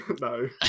No